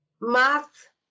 Math